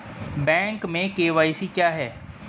Bank में KYC क्या है?